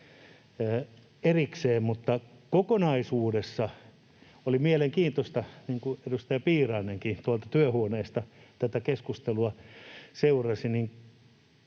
kokonaisuudessa oli mielenkiintoista, niin kuin edustaja Piirainenkin tuolta työhuoneesta tätä keskustelua seurasi,